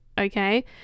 okay